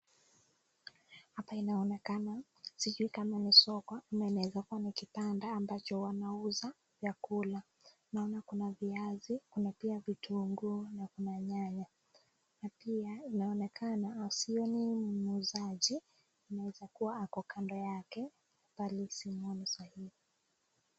Hapa inaonekana, sijui kama ni soko ama inaweza kuwa ni kipanda ambacho wanauza vyakula. Naona kuna viazi, kuna pia vitunguu na kuna nyanya na pia inaonekana na sioni muuzaji inaeza kuwa ako kando yake pale simwoni saa hii.